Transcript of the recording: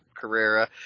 carrera